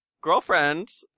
girlfriend's